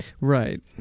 Right